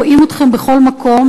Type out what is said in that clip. רואים אתכם בכל מקום,